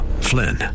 Flynn